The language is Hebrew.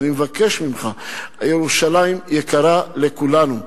ומבקש ממך: ירושלים יקרה לכולנו,